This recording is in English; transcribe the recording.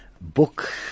book